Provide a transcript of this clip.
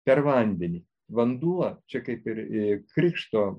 per vandenį vanduo čia kaip ir ė krikšto